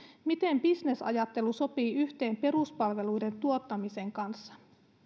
miten bisnesajattelu sopii yhteen peruspalveluiden tuottamisen kanssa